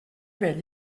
vell